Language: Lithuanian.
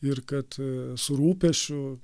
ir kad su rūpesčiu